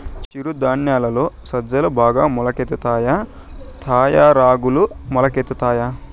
చిరు ధాన్యాలలో సజ్జలు బాగా మొలకెత్తుతాయా తాయా రాగులు మొలకెత్తుతాయా